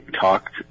talked